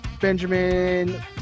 Benjamin